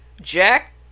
Jack